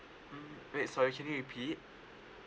mm wait so actually repeat